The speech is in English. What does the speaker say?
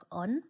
on